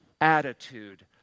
attitude